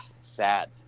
sad